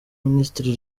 minisitiri